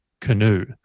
canoe